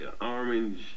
orange